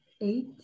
eight